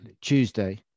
Tuesday